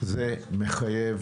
זה מחייב